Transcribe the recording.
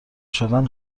شدن